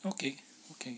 okay okay